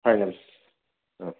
final